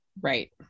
Right